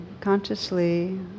consciously